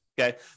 okay